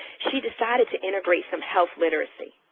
she decided to integrate some health literacy,